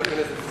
וכן לדון